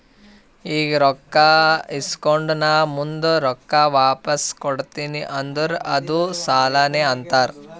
ಈಗ ರೊಕ್ಕಾ ಇಸ್ಕೊಂಡ್ ನಾ ಮುಂದ ರೊಕ್ಕಾ ವಾಪಸ್ ಕೊಡ್ತೀನಿ ಅಂದುರ್ ಅದ್ದುಕ್ ಸಾಲಾನೇ ಅಂತಾರ್